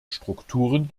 strukturen